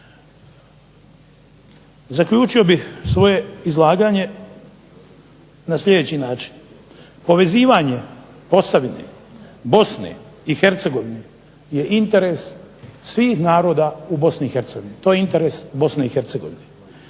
Zaključio bih svoje izlaganje na sljedeći način, povezivanje Posavine, Bosne i Hercegovine je interes svih naroda u Bosni i Hercegovini, to je interes Bosne i Hercegovine,